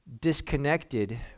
disconnected